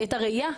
היא הייתה ראייה,